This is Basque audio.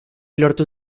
lortu